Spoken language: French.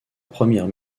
première